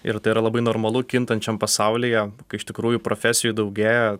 ir tai yra labai normalu kintančiam pasaulyje kai iš tikrųjų profesijų daugėja